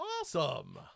awesome